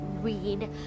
read